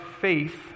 faith